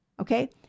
Okay